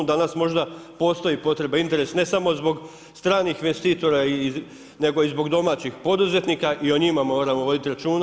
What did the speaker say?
Danas možda postoji potreba, interes ne samo zbog stranih investitora nego i zbog domaćih poduzetnika i o njima moramo voditi računa.